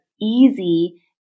easy